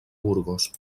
burgos